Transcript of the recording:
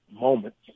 moments